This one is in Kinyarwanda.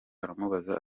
aramubaza